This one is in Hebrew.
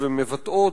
אולי תנחה אותנו,